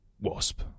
wasp